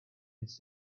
its